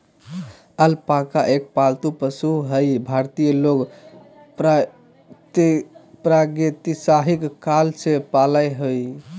alpaca एक पालतू पशु हई भारतीय लोग प्रागेतिहासिक काल से पालय हई